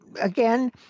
Again